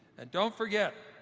and don't forget,